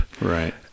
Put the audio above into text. right